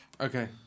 Okay